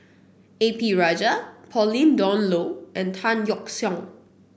A P Rajah Pauline Dawn Loh and Tan Yeok Seong